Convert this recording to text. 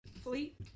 Fleet